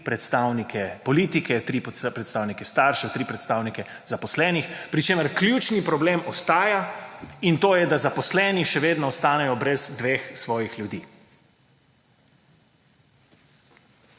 predstavnike politike, 3 predstavnike staršev, 3 predstavnike zaposlenih, pri čemer ključni problem ostaja in to je, da zaposleni še vedno ostanejo brez dveh svojih ljudi.